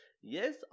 Yes